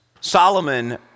Solomon